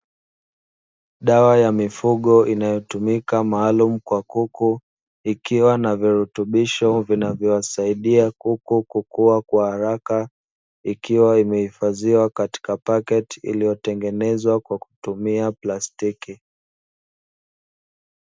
Dawa ya mifugo inayotumika maalumu kwa kuku ikiwa na virutubisho vinavyowasaidia kuku kukua kwa haraka ikiwa imehifadhiwa katika paketi iliyotengenezwa kwa kutumia plastiki.